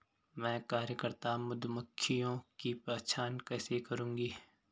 मैं कार्यकर्ता मधुमक्खियों की पहचान कैसे करूंगी?